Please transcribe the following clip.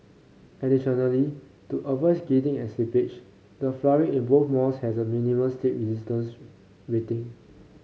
additionally to avoid skidding and slippage the flooring in both malls has a minimum slip resistance rating